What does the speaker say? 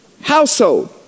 household